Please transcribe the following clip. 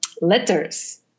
letters